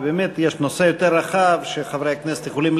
ובאמת יש נושא יותר רחב שחברי הכנסת יכולים